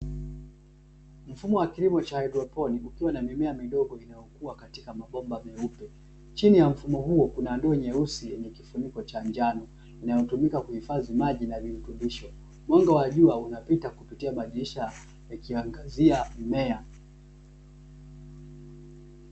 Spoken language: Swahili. Mfumo wa kilimo cha haidroponi kukiwa na mimea midogo inayokuwa katika mabomba meupe, chini ya mfumo huo kuna ndoo nyeusi yenye kifuniko cha njano, inayotumika kuhifadhi maji na virutubisho. Mwanga wa jua unapita kupitia madirisha ukiangazia mimea.